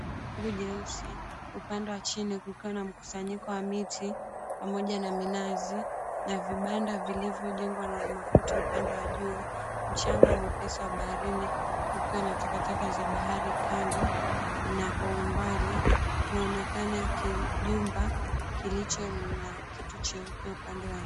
Wingu jeusi upande wa chini kukiwa na mkusanyiko wa miti pamoja na minazi na vibanda vilivyojengwa na makuti upande wa juu, mchanga mwepesi wa baharini kukiwa na takataka za bahari kando na kwa umbali kunaonekana kijumba kilicho na kitu cheupe upande wa nyuma.